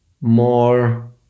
more